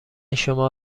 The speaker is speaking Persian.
شما